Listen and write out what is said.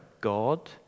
God